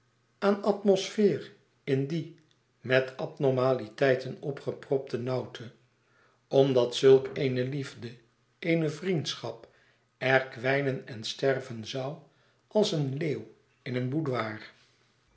aan atmosfeer in die met abnormaliteiten opgepropte nauwte omdat zulk eene liefde eene vriendschap er kwijnen en sterven zou als een leeuw in een